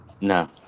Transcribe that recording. No